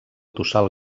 tossal